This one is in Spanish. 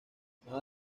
más